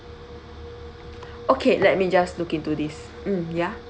okay let me just look into this mm ya